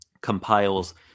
compiles